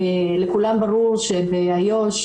לכולם ברור שבאיו"ש,